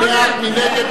מי בעד?